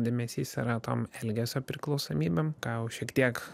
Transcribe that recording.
dėmesys yra tom elgesio priklausomybėm ka jau šiek tiek